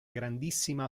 grandissima